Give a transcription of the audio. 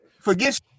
Forget